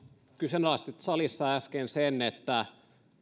kyseenalaistit salissa äsken sen